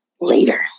later